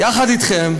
יחד אתכם,